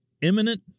imminent